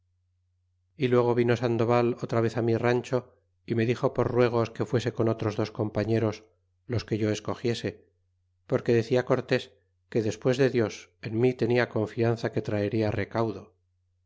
y luego vino sandoval otra vez á mi rancho y me dixo por ruegos que fuese con otros dos compañeros los que yo escogiese porque decia cortés que despues de dios en mi tenia confianza que traeria recaudo